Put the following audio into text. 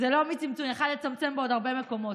זה לא מצמצום, הוא יכול לצמצם בעוד הרבה מקומות.